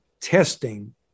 testing